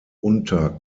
unter